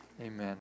amen